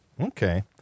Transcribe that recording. Okay